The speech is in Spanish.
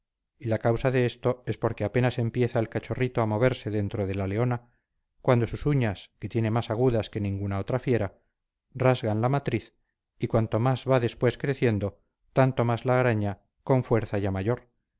y la causa de esto es porque apenas empieza el cachorrito a moverse dentro de la leona cuando sus uñas que tiene más agudas que ninguna otra fiera rasga la matriz y cuanto más va después creciendo tanto más la araña con fuerza ya mayor